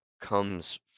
comes